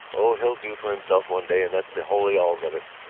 o, he'll do for himself one day and that's the holy alls of it.